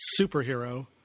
superhero